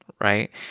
right